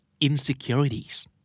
insecurities